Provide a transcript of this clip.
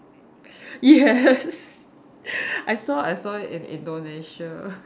yes I saw I saw it in Indonesia